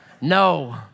No